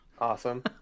awesome